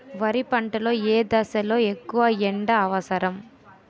వరి పంట లో ఏ దశ లొ ఎక్కువ ఎండా అవసరం?